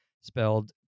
spelled